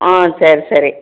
ஆ சரி சரி